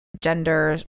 gender